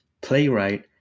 playwright